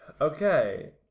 okay